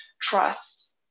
trust